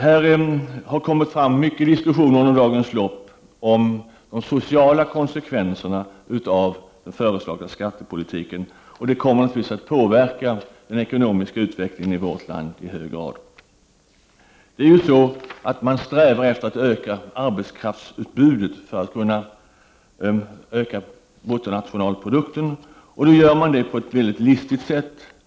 Här har kommit fram mycket diskussioner under dagens lopp om de sociala konsekvenserna av den föreslagna skattepolitiken, och det kommer naturligtvis att påverka den ekonomiska utvecklingen i vårt land i hög grad. Det är ju så att man strävar efter att öka arbetskraftsutbudet för att kunna öka bruttonationalprodukten, och nu gör man det på ett väldigt listigt sätt.